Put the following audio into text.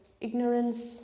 ignorance